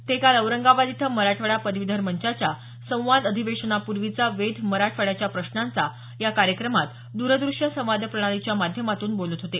ते काल औरंगाबाद इथं मराठवाडा पदवीधर मंचाच्या संवाद अधिवेशनापूर्वीचा वेध मराठवाड्याच्या प्रश्नांचा या कार्यक्रमात द्र दृष्य संवाद प्रणालीच्या माध्यमातून बोलत होते